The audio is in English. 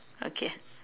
okay